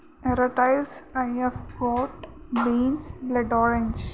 aero tiles I F coat beans blood orange